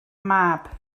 mab